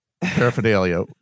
paraphernalia